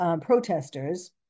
protesters